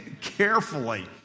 carefully